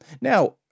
Now